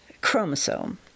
chromosome